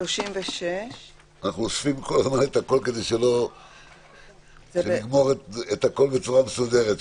אנחנו אוספים הכול כדי שנגמור הכול בצורה מסודרת,